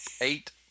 Eight